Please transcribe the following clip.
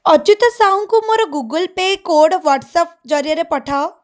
ଅଚ୍ୟୁତ ସାହୁଙ୍କୁ ମୋର Google Pay code WhatsApp ଜରିଆରେ ପଠାଅ